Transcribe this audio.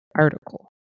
article